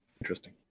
interesting